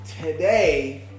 today